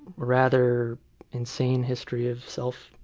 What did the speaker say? rather insane history of self-harm.